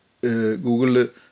Google